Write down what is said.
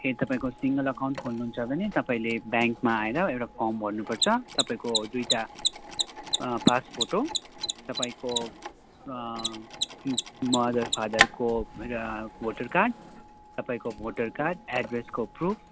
ए तपाईँको single account खोल्नुहुन्छ भने तपाईँले ब्याङ्कमा आएर एउटा फर्म भर्नुपर्छ तपाईँको दुईवटा पासफोटो तपाईँको मदर फादरको र भोटर कार्ड तपाईँको भोटर कार्ड एड्रेसको प्रुफ